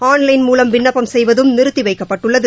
online மூலம் விண்ணப்பம் செய்வதம் நிறுத்தி வைக்கப்பட்டுள்ளது